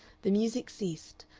the music ceased,